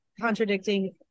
contradicting